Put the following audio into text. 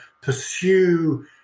pursue